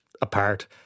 apart